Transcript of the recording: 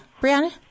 Brianna